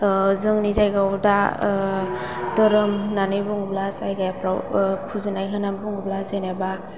जोंनि जायगायाव दा धोरोम होन्नानै बुङोब्ला जायगाफ्राव फुजिनानै होननानै बुङोब्ला जेनबा